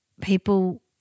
People